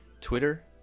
Twitter